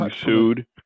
sued